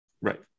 Right